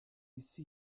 ist